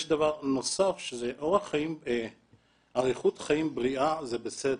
יש דבר נוסף, אריכות חיים בריאה זה בסדר,